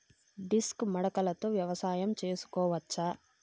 Disc మడకలతో వ్యవసాయం చేసుకోవచ్చా??